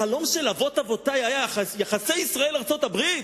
החלום של אבות אבותי היה יחסי ישראל ארצות-הברית?